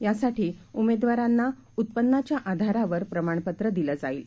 यासाठीउमेदवारांनाउत्पन्नाच्याआधारावरप्रमाणपत्रदिलंजाईल